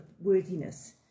worthiness